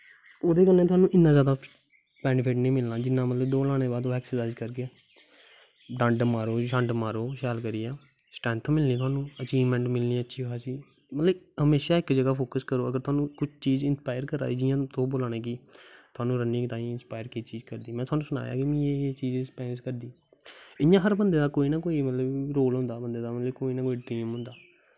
ओह्दे कन्नै थोआनू इन्ना जैदा बैनिफिट निं मिलना जिन्नां मतलब तुस दौड़ लाने दे बाद ऐक्सरसाइज करगे डंड मारो शंड मारो शैल करियै स्ट्रैंथ मिलनी थुआनूं अचिवमैंट मिलनी अच्छी खास्सी मतलब म्हेशा इक जगह फोक्स करो अगर तोआनू कुछ चीज़ इंस्पाइर करा दी जि'यां तुस बोला ने कि थोआनू रनिंग तांई केह् चीज़ इंस्पाइर करदी में सनाया कि मिगी एह् चीज़ करदी इ'यां कोई नां कोई हर बंदे दा मतलब रोल होंदा मतलब कि कोई नां कोई ड्रीम होंदा